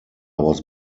was